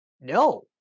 no